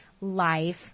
life